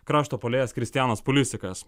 krašto puolėjas kristijanas pulisikas